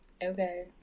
Okay